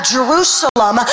Jerusalem